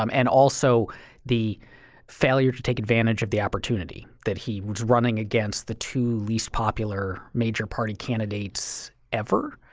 um and also the failure to take advantage of the opportunity that he was running against the two least popular major party candidates ever,